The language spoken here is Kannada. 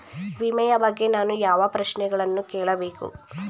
ವಿಮೆಯ ಬಗ್ಗೆ ನಾನು ಯಾವ ಪ್ರಶ್ನೆಗಳನ್ನು ಕೇಳಬೇಕು?